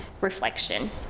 reflection